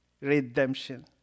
redemption